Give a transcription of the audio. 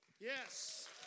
Yes